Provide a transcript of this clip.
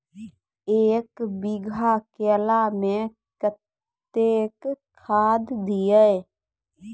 एक बीघा केला मैं कत्तेक खाद दिये?